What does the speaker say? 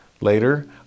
Later